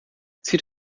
zieht